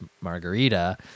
margarita